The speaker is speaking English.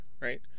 right